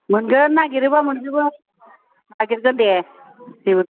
मोनगोन नागिरोबा मोनजोबो नागिरगोन दे दे